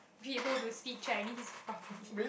people to see Chinese properly